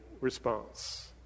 response